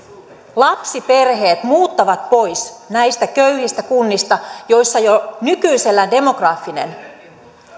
lapsiperheet muuttavat pois näistä köyhistä kunnista joissa jo nykyisellään demografinen